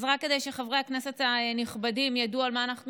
אז רק כדי שחברי הכנסת הנכבדים ידעו על מה אנחנו